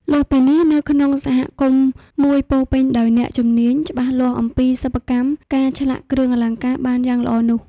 លើសពីនេះនៅក្នុងសហគមន៍មួយពោរពេញដោយអ្នកមានជំនាញ់ច្បាស់លាស់អំពីសប្បិកម្មការឆ្លាក់គ្រឿងអលង្ការបានយ៉ាងល្អនោះ។